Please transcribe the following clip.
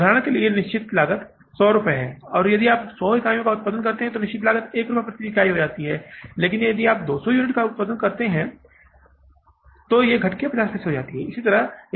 उदाहरण के लिए निश्चित लागत सौ रुपये है और आप 100 इकाइयों का उत्पादन करते हैं इसलिए निर्धारित लागत 1 रुपये प्रति इकाई है लेकिन यदि आप केवल 50 इकाइयों का निर्माण करते हैं तो निश्चित लागत 2 रुपये तक हो जाएगी